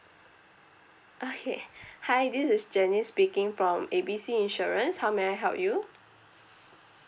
okay hi this is jenny speaking from A B C insurance how may I help you